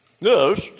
Yes